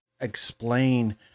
explain